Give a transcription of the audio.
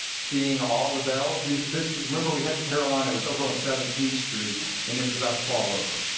seeing all the bells. these this remember, we had the carillon, it was over on seventeenth street, and it was about to fall over.